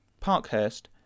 Parkhurst